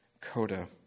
Coda